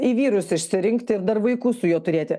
į vyrus išsirinkti ir dar vaikų su juo turėti